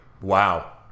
Wow